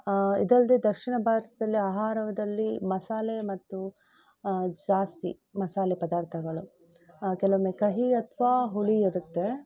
ಇದಲ್ಲದೆ ದಕ್ಷಿಣ ಭಾರತದಲ್ಲಿ ಆಹಾರದಲ್ಲಿ ಮಸಾಲೆ ಮತ್ತು ಜಾಸ್ತಿ ಮಸಾಲೆ ಪದಾರ್ಥಗಳು ಕೆಲ್ವೊಮ್ಮೆ ಕಹಿ ಅಥವಾ ಹುಳಿ ಇರುತ್ತೆ